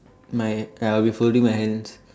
my ya I'll be folding my hands